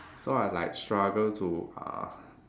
so I like struggle to uh